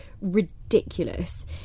ridiculous